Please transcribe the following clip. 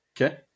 Okay